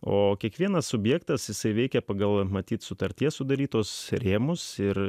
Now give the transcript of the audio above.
o kiekvienas subjektas jisai veikė pagal matyt sutarties sudarytus rėmus ir